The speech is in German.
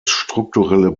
strukturelle